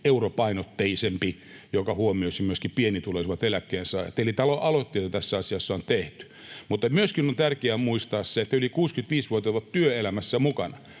europainotteisempi ja että se huomioisi myöskin pienituloisimmat eläkkeensaajat. Eli aloitteita tässä asiassa on tehty. Mutta myöskin on tärkeää muistaa se, että yli 65-vuotiaat ovat työelämässä mukana.